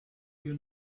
you